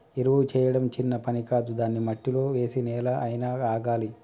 ఎరువు చేయడం చిన్న పని కాదు దాన్ని మట్టిలో వేసి నెల అయినా ఆగాలి